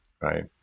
Right